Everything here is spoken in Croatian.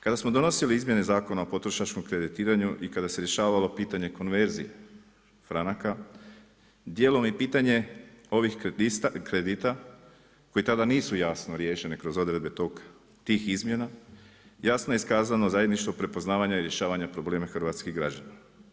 Kada smo donosili izmjene Zakona o potrošačkom kreditiranju i kada se rješavalo pitanje konverzije franaka dijelom i pitanje ovih kredita koji tada nisu jasno riješene kroz odredbe tih izmjena, jasno je iskazano zajedništvo prepoznavanja rješavanja problema hrvatskih građana.